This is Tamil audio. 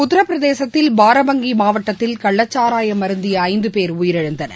உத்திரபிரதேசத்தில் பாரபங்கி மாவட்டத்தில் கள்ளச்சாராயம் அருந்திய ஐந்து போர் உயிரிழந்தனர்